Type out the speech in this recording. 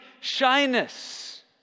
shyness